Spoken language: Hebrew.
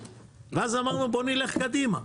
ואז אמרנו בואו נלך קדימה.